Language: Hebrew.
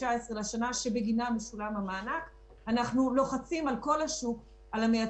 זה לא משהו שהוא חדש.